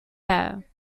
air